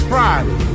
Friday